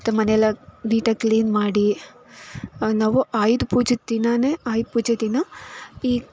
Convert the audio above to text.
ಮತ್ತು ಮನೆಯೆಲ್ಲ ನೀಟಾಗಿ ಕ್ಲೀನ್ ಮಾಡಿ ನಾವು ಆಯುಧ ಪೂಜೆ ದಿನವೇ ಆಯುಧ ಪೂಜೆ ದಿನ ಈ